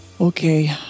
Okay